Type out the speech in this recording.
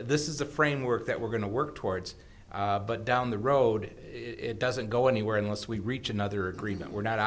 this is a framework that we're going to work towards but down the road it doesn't go anywhere unless we reach another agreement we're not